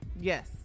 Yes